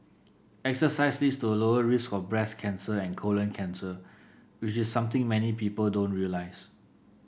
exercise leads to a lower risk of breast cancer and colon cancer which is something many people don't realise